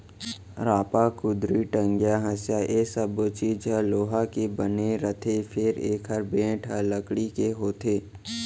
रांपा, कुदारी, टंगिया, हँसिया ए सब्बो चीज ह लोहा के बने रथे फेर एकर बेंट ह लकड़ी के होथे